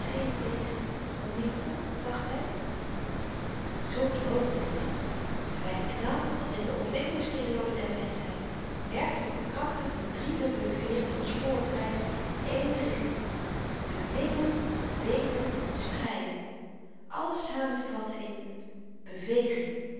wezen omikron dacht hy zoo droomde t kind en by den knaap als in de ontwikkelingsperiode der menschheid werkten de krachten van de driedubbele veêr die ons voortdryft in ééne richting beminnen weten stryden alles saêmtevatten in